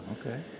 okay